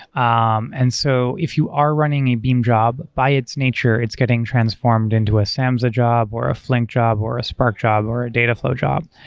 um and so if you are running a beam job, by its nature, it's getting transformed into a samza job, or a flink job, or a spark job, or a data flow job.